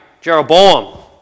Jeroboam